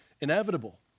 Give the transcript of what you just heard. inevitable